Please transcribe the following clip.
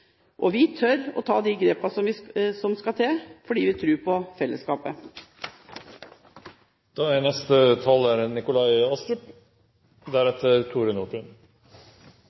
videre. Vi tør å ta de grepene som skal til, fordi vi tror på fellesskapet. Fordelen ved å være nr. 69 på talerlisten er